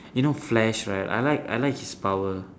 you know flash right I like I like his power